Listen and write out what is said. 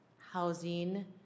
housing